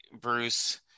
Bruce